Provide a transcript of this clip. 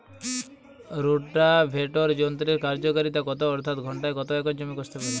Rotavator যন্ত্রের কার্যকারিতা কত অর্থাৎ ঘণ্টায় কত একর জমি কষতে পারে?